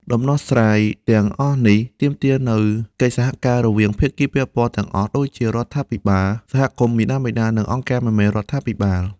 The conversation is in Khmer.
ដំណោះស្រាយទាំងអស់នេះទាមទារកិច្ចសហការរវាងភាគីពាក់ព័ន្ធទាំងអស់ដូចជា រដ្ឋាភិបាល សហគមន៍ មាតាបិតា និងអង្គការមិនមែនរដ្ឋាភិបាល។